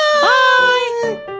bye